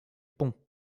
pont